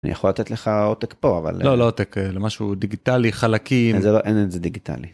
יכול לתת לך עותק פה אבל לא. לא עותק אלא משהו דיגיטלי חלקים זה לא אין את זה דיגיטלי.